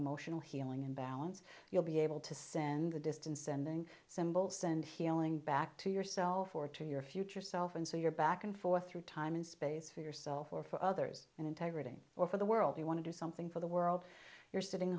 emotional healing in balance you'll be able to send the distance and then symbols send healing back to yourself or to your future self and so you're back and forth through time and space for yourself or for others and integrity or for the world you want to do something for the world you're sitting